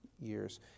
years